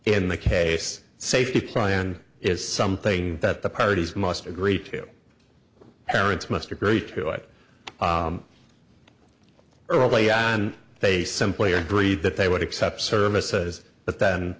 in the case safety plan is something that the parties must agree to parents must agree to it early and they simply are breed that they would accept services but then